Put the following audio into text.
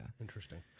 Interesting